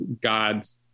God's